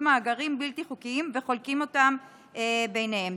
מאגרים בלתי חוקיים וחולקות אותם ביניהן?